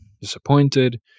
disappointed